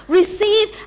receive